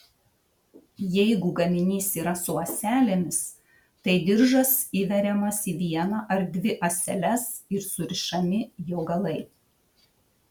jeigu gaminys yra su ąselėmis tai diržas įveriamas į vieną ar dvi ąseles ir surišami jo galai